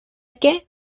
qué